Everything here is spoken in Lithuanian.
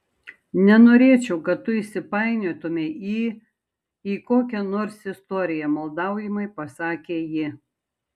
nenorėčiau kad tu įsipainiotumei į į kokią nors istoriją maldaujamai pasakė ji